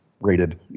rated